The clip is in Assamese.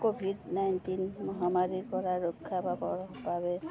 ক'ভিড নাইণ্টিন মহামাৰীৰ কৰা ৰক্ষা পাবৰ বাবে